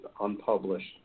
unpublished